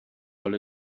rolle